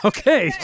Okay